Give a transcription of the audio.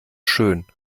schön